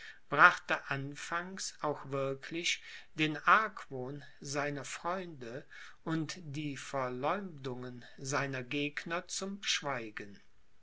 brachte anfangs auch wirklich den argwohn seiner freunde und die verleumdungen seiner gegner zum schweigen